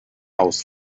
aus